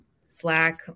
Slack